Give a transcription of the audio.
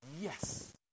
Yes